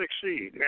succeed